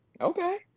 Okay